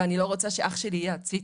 ואני לא רוצה שאח שלי יהיה עציץ.